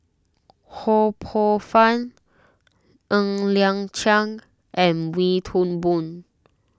Ho Poh Fun Ng Liang Chiang and Wee Toon Boon